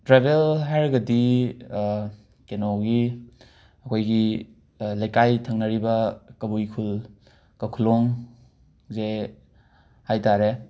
tribal ꯍꯥꯏꯔꯒꯗꯤ ꯀꯩꯅꯣꯒꯤ ꯑꯩꯈꯣꯏꯒꯤ ꯂꯩꯀꯥꯏ ꯊꯪꯅꯔꯤꯕ ꯀꯕꯨꯏ ꯈꯨꯜ ꯀꯈꯨꯂꯣꯡ ꯖꯦ ꯍꯥꯏꯇꯥꯔꯦ